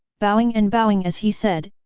bowing and bowing as he said,